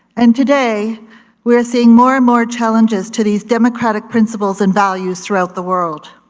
and today we're seeing more and more challenges to these democratic principles and values throughout the world.